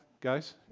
guys